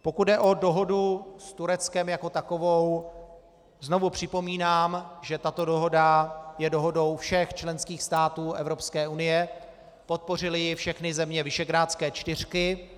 Pokud jde o dohodu s Tureckem jako takovou, znovu připomínám, že tato dohoda je dohodou všech členských států Evropské unie, podpořily ji všechny země Visegrádské čtyřky.